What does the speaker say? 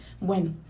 Bueno